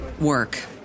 work